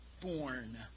born